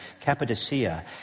Cappadocia